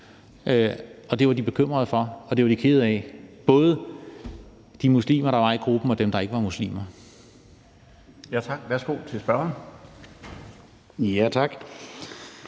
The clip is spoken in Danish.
og det var de bekymret for, og det var de kede af. Det gjaldt både de muslimer, der var i gruppen, og dem, der ikke var muslimer. Kl. 20:50 Den fg. formand